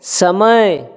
समय